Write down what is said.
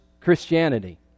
Christianity